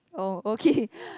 oh okay